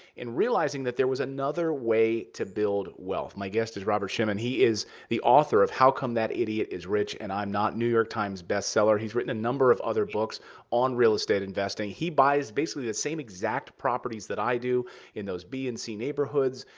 realizing that there was another way to build wealth. my guest is robert shemin. he is the author of how come that idiot is rich and i'm not, new york times bestseller. he's written a number of other books on real estate investing. he buys, basically, the same exact properties that i do in those b and c neighborhoods,